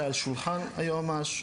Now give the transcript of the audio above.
זה על שולחן היועמ"ש,